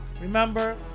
Remember